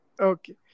Okay